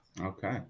Okay